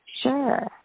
Sure